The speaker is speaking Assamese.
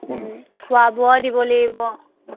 ওম খোৱা বোৱাও দিব লাগিব